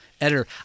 editor